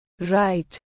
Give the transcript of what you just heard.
Right